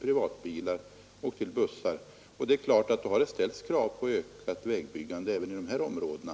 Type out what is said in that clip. personbilar och bussar. Det är klart att det då ställs krav på ett ökat vägbyggande även i dessa områden.